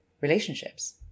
relationships